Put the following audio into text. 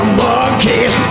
monkeys